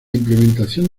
implementación